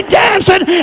dancing